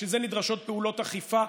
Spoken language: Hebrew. בשביל זה נדרשות פעולות אכיפה.